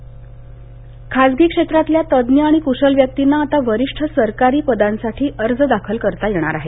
भरती खासगी क्षेत्रातल्या तज्ज्ञ आणि कुशल व्यक्तींना आता वरिष्ठ सरकारी पदांसाठी अर्ज दाखल करता येणार आहेत